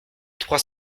trois